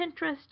Pinterest